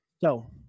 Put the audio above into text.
So-